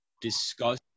discuss